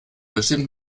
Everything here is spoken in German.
bestimmt